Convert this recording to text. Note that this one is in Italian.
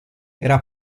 era